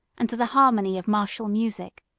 and to the harmony of martial music.